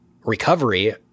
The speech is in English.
recovery